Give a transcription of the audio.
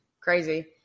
crazy